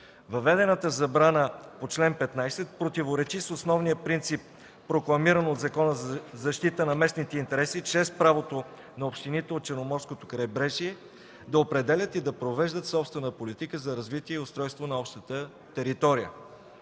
Въведената забрана по чл. 15 противоречи с основния принцип, прокламиран от Закона за защита на местните интереси, чрез правото на общините от Черноморското крайбрежие да определят и да провеждат собствена политика за развитие и устройство на общата територия.